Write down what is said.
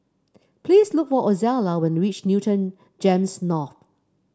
please look for Ozella when you reach Newton Gems North